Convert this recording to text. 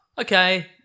Okay